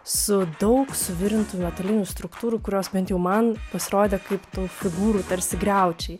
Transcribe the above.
su daug suvirintų metalinių struktūrų kurios bent jau man pasirodė kaip tų figūrų tarsi griaučiai